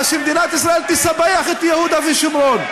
אז שמדינת ישראל תספח את יהודה ושומרון.